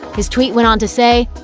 his tweet went on to say,